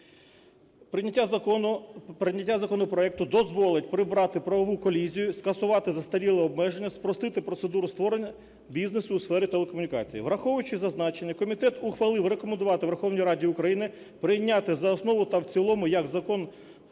Прийняття законопроекту дозволить прибрати правову колізію, скасувати застарілі обмеження, спростити процедуру створення бізнесу у сфері телекомунікації. Враховуючи зазначене комітет ухвалив рекомендувати Верховній Раді України: прийняти за основу та в цілому як закон